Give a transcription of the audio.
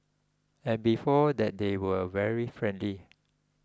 and before that they were very friendly